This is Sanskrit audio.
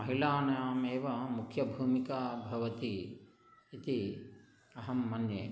महिलानामेव मुख्यभूमिका भवति इति अहं मन्ये